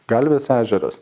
galvės ežeras